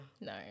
no